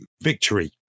victory